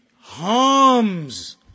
harms